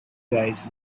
days